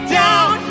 down